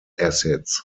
acids